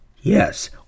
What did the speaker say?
Yes